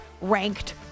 ranked